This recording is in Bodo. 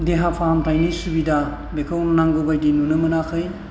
देहा फाहामथायनि सुबिदा बेखौ नांगौ बायदि नुनो मोनाखै